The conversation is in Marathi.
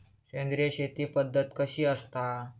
सेंद्रिय शेती पद्धत कशी असता?